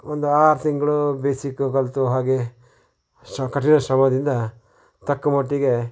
ಒಂದು ಆರು ತಿಂಗಳು ಬೇಸಿಕ್ಕು ಕಲಿತು ಹಾಗೇ ಶ ಕಠಿಣ ಶ್ರಮದಿಂದ ತಕ್ಕ ಮಟ್ಟಿಗೆ